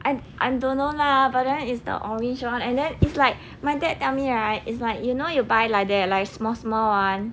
I I don't know lah but then is the orange one and then it's like my dad tell me right is like you know you buy like that like small small one